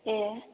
ए